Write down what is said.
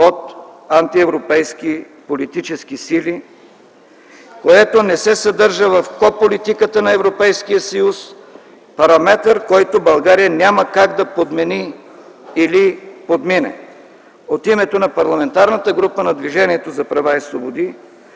от антиевропейски политически сили, което не се съдържа в ко-политиката на Европейския съюз, параметър, който България няма как да подмени или подмине. От името на Парламентарната група на Движението за права и свободи